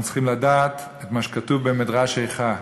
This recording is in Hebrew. אנחנו צריכים לדעת את מה שכתוב במדרש איכה: